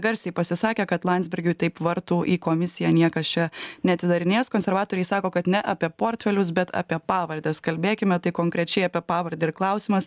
garsiai pasisakė kad landsbergiui taip vartų į komisiją niekas čia neatidarinės konservatoriai sako kad ne apie portfelius bet apie pavardes kalbėkime tai konkrečiai apie pavardę ir klausimas